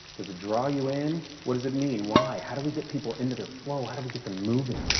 does it draw you in? what does it mean? why? how do we get people into their flow? how do we get them moving?